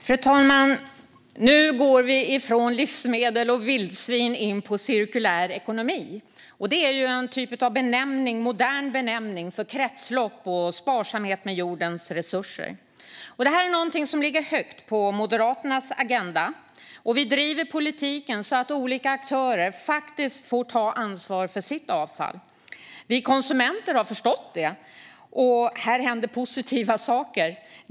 Fru talman! Vi går nu från livsmedel och vildsvin till cirkulär ekonomi, som är en modern benämning för kretslopp och sparsamhet med jordens resurser. Detta är någonting som ligger högt på Moderaternas agenda. Vi driver politiken så att olika aktörer faktiskt får ta ansvar för sitt avfall. Vi konsumenter har förstått det, och här händer positiva saker.